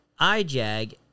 IJAG